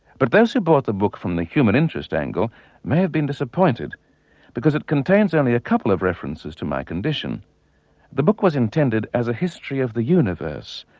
but those who bought the book from the human interest angle may have been disappointed because it contains only a couple of references to my condition the book was intended as a history of the universe,